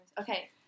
Okay